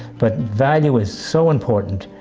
but value is so important.